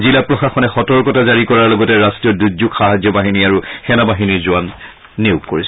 জিলা প্ৰশাসনে সতৰ্কতা জাৰি কৰাৰ লগতে ৰাষ্ট্ৰীয দুৰ্যোগ সাহাৰ্য্য বাহিনী আৰু সেনবাহিনীৰ জোৱান নিয়োগ কৰিছে